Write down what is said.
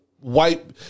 white